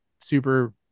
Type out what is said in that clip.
super